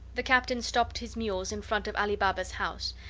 the captain stopped his mules in front of ali baba's house,